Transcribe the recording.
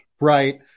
Right